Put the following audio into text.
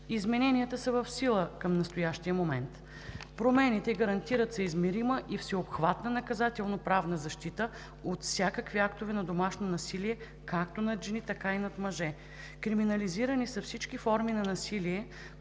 Измененията са в сила към настоящия момент. Промените гарантират съизмерима и всеобхватна наказателноправна защита от всякакви актове на домашно насилие, както над жени, така и над мъже. Криминализирани са всички форми на насилие